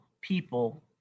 people